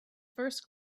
first